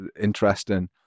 interesting